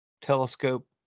Telescope